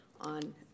On